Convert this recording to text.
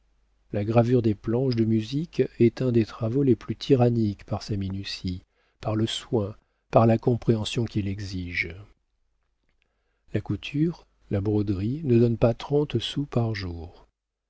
la gravure des planches de musique est un des travaux les plus tyranniques par sa minutie par le soin par la compréhension qu'il exige la couture la broderie ne donnent pas trente sous par jour